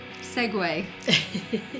segue